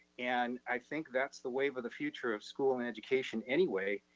and i think that's the wave of the future of school and education anyway,